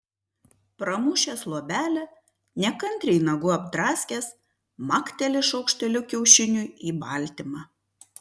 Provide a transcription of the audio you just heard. pramušęs luobelę nekantriai nagu apdraskęs makteli šaukšteliu kiaušiniui į baltymą